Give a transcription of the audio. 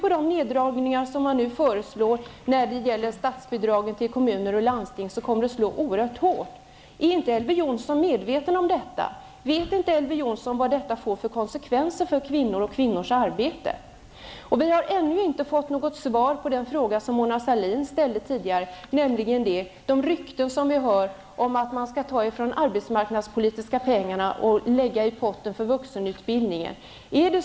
Och de neddragningar av statsbidragen till kommuner och landsting som nu föreslås kommer att slå oerhört hårt. Är Elver Jonsson inte medveten om detta? Vet Elver Jonsson inte vad detta får för konsekvenser för kvinnor och kvinnors arbete? Vi har ännu inte fått något svar på den fråga som Mona Sahlin ställde tidigare, nämligen beträffande de rykten som vi hör om att att man skall ta av pengarna till arbetsmarknadspolitiken och lägga dem i potten för vuxenutbildningen.